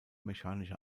mechanische